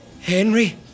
Henry